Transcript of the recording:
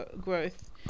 growth